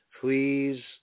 please